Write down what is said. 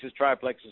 triplexes